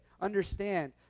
understand